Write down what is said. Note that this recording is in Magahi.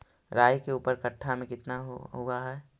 राई के ऊपर कट्ठा में कितना हुआ है?